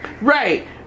right